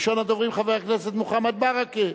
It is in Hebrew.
ראשון הדוברים, חבר הכנסת מוחמד ברכה.